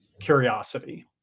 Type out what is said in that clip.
curiosity